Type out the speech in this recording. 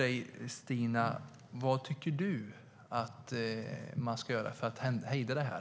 Vad tycker du att man ska göra för att hejda det här?